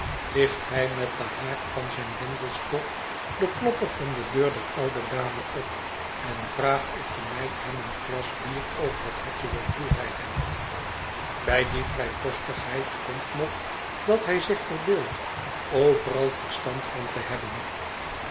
ligt hij met den haak van zijn wandelstok den klopper van de deur der oude dame op en vraagt of de meid hem een glas bier over het hekje wil toereiken bij die vrijpostigheid komt nog dat hij zich verbeeldt overal verstand van te hebben